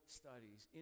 studies